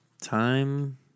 Time